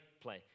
play